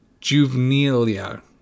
Juvenilia